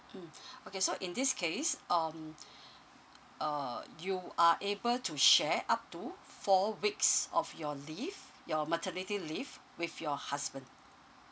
mm okay so in this case um uh you are able to share up to four weeks of your leave your maternity leave with your husband